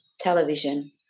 television